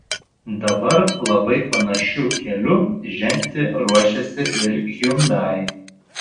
dabar labai panašiu keliu žengti ruošiasi ir hyundai